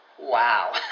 wow